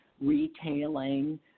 retailing